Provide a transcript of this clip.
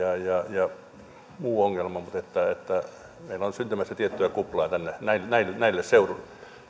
ja muu ongelma meillä on syntymässä tiettyä kuplaa näille seuduille